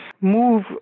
move